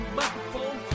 microphone